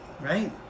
right